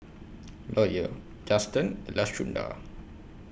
Lawyer Juston and Lashunda